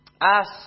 Ask